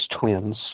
Twins